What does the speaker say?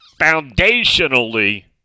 foundationally